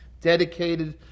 dedicated